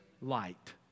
light